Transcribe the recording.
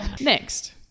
Next